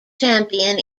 champion